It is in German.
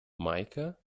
meike